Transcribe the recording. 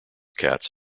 cats